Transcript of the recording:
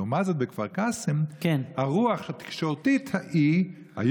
לעומת זאת, בכפר קאסם הרוח התקשורתית היום,